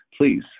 please